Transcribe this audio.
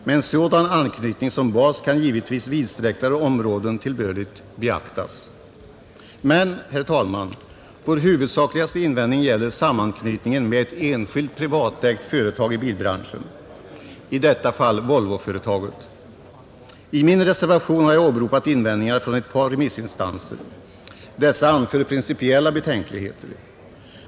Med en sådan anknytning som bas kan givetvis mera vidsträckta områden tillbörligt beaktas. Men, herr talman, vår huvudsakligaste invändning gäller sammanknytningen med ett enskilt, privatägt företag i bilbranschen, i detta fall Volvo. I min reservation har jag åberopat invändningar från ett par remissinstanser, som har anfört principiella betänkligheter.